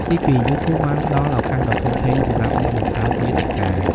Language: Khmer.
ទីពីរ យូធូបបានផ្ដល់ ឱកាសដ៏ធំធេងសម្រាប់អ្នកបង្កើតមាតិកា។